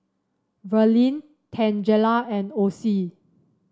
Verlin Tangela and Osie